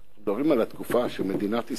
אנחנו מדברים על התקופה של מדינת ישראל.